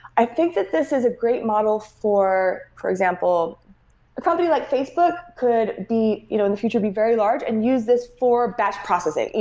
i think that this is a great model for for example, a company like facebook could be you know in the future, be very large and use this for batch processing. yeah